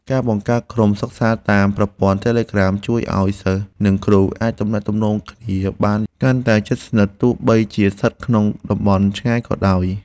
ការបង្កើតក្រុមសិក្សាតាមប្រព័ន្ធតេឡេក្រាមជួយឱ្យសិស្ស និងគ្រូអាចទំនាក់ទំនងគ្នាបានកាន់តែជិតស្និទ្ធទោះបីជាស្ថិតក្នុងតំបន់ឆ្ងាយក៏ដោយ។